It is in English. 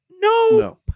No